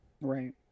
Right